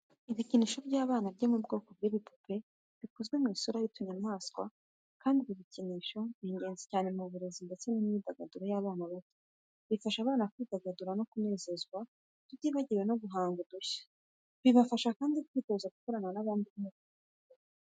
Ibikinisho by’abana byo mu bwoko bw'ibipupe bikoze mu isura y'utunyamaswa kandi ibi bikinisho ni ingenzi cyane mu burezi ndetse n’imyidagaduro y’abana bato. Bifasha abana kwidagadura no kunezerwa tutibagiwe no guhanga udushya. Bibafasha kandi kwitoza gukorana n’abandi binyuze mu mikino.